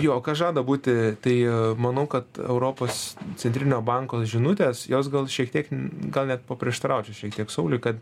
jo o kas žada būti tai manau kad europos centrinio banko žinutės jos gal šiek tiek gal net paprieštaraučiau šiek tiek sauliui kad